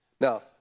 Now